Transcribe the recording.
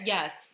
Yes